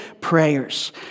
prayers